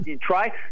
try